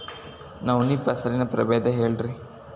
ನವಣಿ ಫಸಲಿನ ಪ್ರಭೇದ ಹೇಳಿರಿ